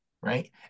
right